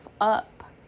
up